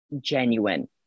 genuine